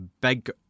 big